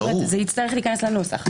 זה יצטרך להיכנס לנוסח.